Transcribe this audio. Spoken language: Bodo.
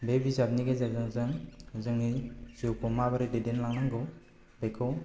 बे बिजाबनि गेजेरजों जों जोंनि जिउखौ जों माबोरै दैदेनलांनांगौ बेखौ